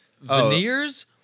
Veneers